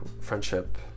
friendship